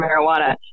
marijuana